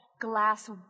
glass